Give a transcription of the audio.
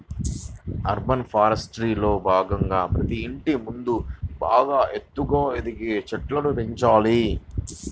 urban ఫారెస్ట్రీలో భాగంగా ప్రతి ఇంటి ముందు బాగా ఎత్తుగా ఎదిగే చెట్లను పెంచాలి